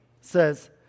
says